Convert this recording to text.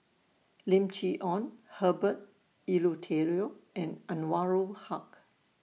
Lim Chee Onn Herbert Eleuterio and Anwarul Haque